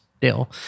deal